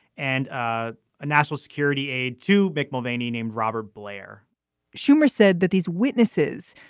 and a national security aide to mick mulvaney named robert blair schumer said that these witnesses,